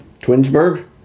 Twinsburg